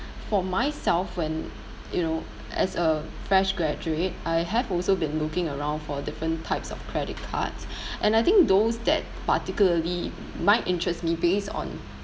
for myself when you know as a fresh graduate I have also been looking around for different types of credit cards and I think those that particularly might interest me based on